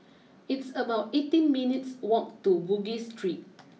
it's about eighteen minutes walk to Bugis Street